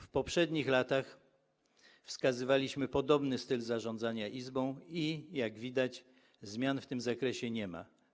W poprzednich latach wskazywaliśmy podobny styl zarządzania izbą i - jak widać - zmian w tym zakresie nie ma.